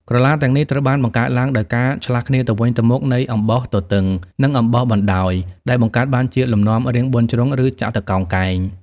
ក្រឡាទាំងនេះត្រូវបានបង្កើតឡើងដោយការឆ្លាស់គ្នាទៅវិញទៅមកនៃអំបោះទទឹង និងអំបោះបណ្ដោយ ដែលបង្កើតបានជាលំនាំរាងបួនជ្រុង ឬចតុកោណកែង។